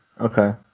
Okay